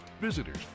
visitors